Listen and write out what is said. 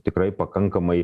tikrai pakankamai